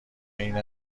این